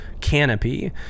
canopy